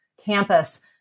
campus